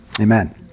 amen